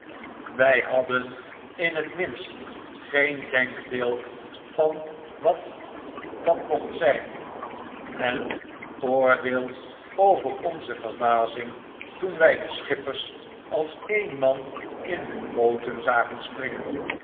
wy hadden in het minst geen denkbeeld van wat dat mocht zyn en oordeel over onze verbazing toen wij de schippers als een man in hun booten zagen springen